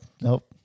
Nope